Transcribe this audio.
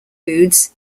foods